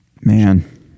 man